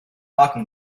talking